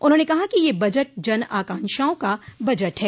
उन्होंने कहा कि यह बजट जन आकांक्षाओं का बजट है